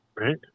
Right